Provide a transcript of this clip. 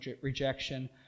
rejection